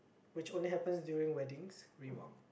which only happens during weddings